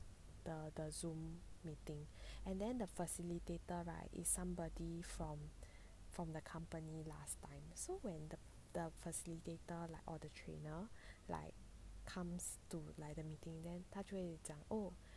the the zoom meeting and then the facilitator like is somebody from from the company last time so when the facilitator like or the trainer comes to like the meeting then 他就会讲 oh